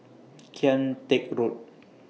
Kian Teck Road